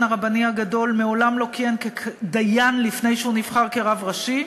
הרבני הגדול מעולם לא כיהן כדיין לפני שהוא נבחר כרב ראשי.